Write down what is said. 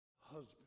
husband